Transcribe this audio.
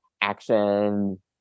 action